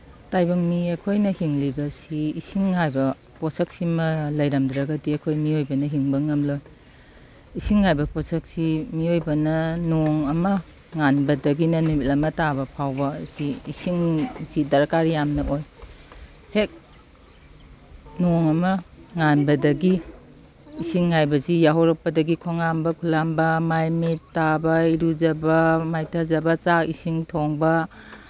ꯇꯥꯏꯕꯪ ꯃꯤ ꯑꯩꯈꯣꯏꯅ ꯍꯤꯡꯂꯤꯕꯁꯤ ꯏꯁꯤꯡ ꯍꯥꯏꯕ ꯄꯣꯠꯁꯛꯁꯤꯃ ꯂꯩꯔꯝꯗ꯭ꯔꯒꯗꯤ ꯑꯩꯈꯣꯏ ꯃꯤꯑꯣꯏꯕꯅ ꯍꯤꯡꯕ ꯉꯝꯂꯣꯏ ꯏꯁꯤꯡ ꯍꯥꯏꯕ ꯄꯣꯠꯁꯛꯁꯤ ꯃꯤꯑꯣꯏꯕꯅ ꯅꯣꯡ ꯑꯃ ꯉꯥꯟꯕꯗꯒꯤꯅ ꯅꯨꯃꯤꯠ ꯑꯃ ꯇꯥꯕ ꯐꯥꯎꯕ ꯑꯁꯤ ꯏꯁꯤꯡꯁꯤ ꯗꯔꯀꯥꯔ ꯌꯥꯝꯅ ꯑꯣꯏ ꯍꯦꯛ ꯅꯣꯡ ꯑꯃ ꯉꯥꯟꯕꯗꯒꯤ ꯏꯁꯤꯡ ꯍꯥꯏꯕꯁꯤ ꯌꯥꯍꯧꯔꯛꯄꯗꯒꯤ ꯈꯣꯡ ꯍꯥꯝꯕ ꯈꯨꯠ ꯍꯥꯝꯕ ꯃꯥꯏ ꯃꯤꯠ ꯇꯥꯕ ꯏꯔꯨꯖꯕ ꯃꯥꯏꯊꯖꯕ ꯆꯥꯛ ꯏꯁꯤꯡ ꯊꯣꯡꯕ